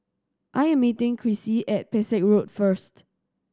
I am meeting Chrissie at Pesek Road first